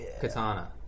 Katana